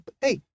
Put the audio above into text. hey